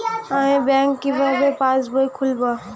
আমি ব্যাঙ্ক কিভাবে পাশবই খুলব?